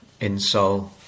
insole